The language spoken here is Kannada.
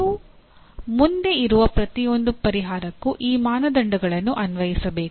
ನೀವು ಮುಂದೆ ಇರುವ ಪ್ರತಿಯೊಂದು ಪರಿಹಾರಕ್ಕೂ ಈ ಮಾನದಂಡಗಳನ್ನು ಅನ್ವಯಿಸಬೇಕು